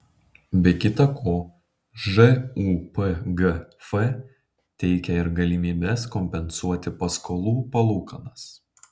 be kita ko žūpgf teikia ir galimybes kompensuoti paskolų palūkanas